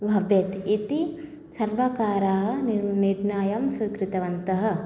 भवेत् इति सर्वकारः निर् निर्णयं स्वीकृतवन्तः